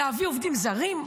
להביא עובדים זרים?